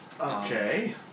Okay